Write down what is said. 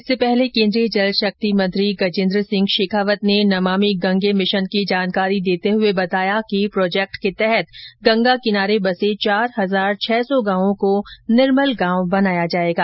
इससे पहले केन्द्रीय जल शक्ति मंत्री गजेन्द्र सिंह शेखावत ने नमामि गंगे मिशन की जानकारी देते हुए बताया कि प्रोजेक्ट के तहत गंगा किनारे बसे चार हजार छह सौ गांवों को निर्मल गांव बनाया जाएगा